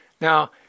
Now